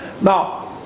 Now